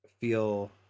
feel